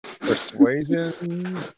Persuasion